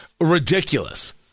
ridiculous